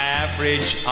average